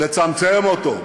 לצמצם אותו,